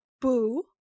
boo